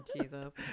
Jesus